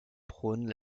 prône